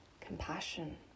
compassion